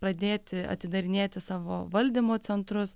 pradėti atidarinėti savo valdymo centrus